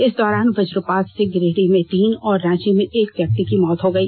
इस दौरान वजपात से गिरिडीह में तीन और रांची में एक व्यक्ति की मौत हो गई